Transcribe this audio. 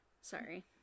sorry